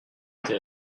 tes